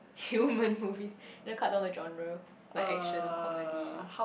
humans movies you wanna cut down the genre like action or comedy